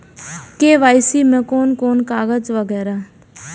KYC में कोन कोन कागज वगैरा?